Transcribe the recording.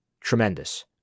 tremendous